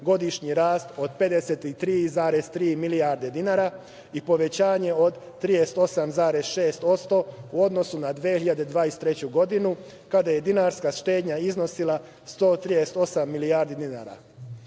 godišnji rast od 53,3 milijarde dinara i povećanje od 38,6%, u odnosu na 2023. godinu, kada je dinarska štednja iznosila 138 milijardi dinara. Prva